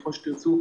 ככל שתרצו,